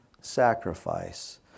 sacrifice